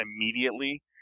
immediately